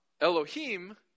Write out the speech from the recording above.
Elohim